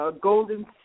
golden